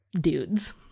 dudes